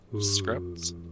scripts